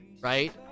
right